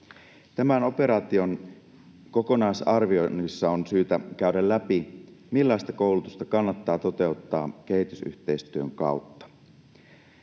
Tämän operaation kokonaisarvioinnissa on syytä käydä läpi, millaista koulutusta kannattaa toteuttaa kehitysyhteistyön kautta.